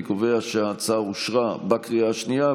אני קובע שההצעה אושרה בקריאה השנייה.